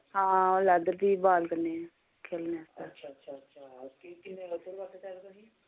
हां लैदर दी बाल कन्नै खेलने आस्तै